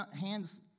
hands